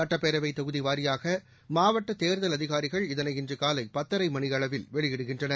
கப்ப்பேரவைத் தொகுதிவாரியாகமாவட்டதேர்தல் அதிகாரிகள் இதனை இன்றுகாலைபத்தரைமணியளில் வெளியிடுகின்றனர்